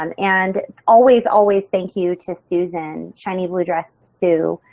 um and always, always thank you to susan, shiny blue address sue,